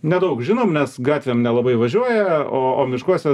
nedaug žinom nes gatvėm nelabai važiuoja o o miškuose